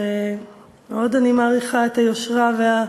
שאני מאוד מעריכה את היושרה שלו,